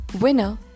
winner